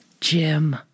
Jim